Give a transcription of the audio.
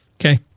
Okay